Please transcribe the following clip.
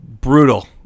Brutal